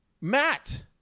Matt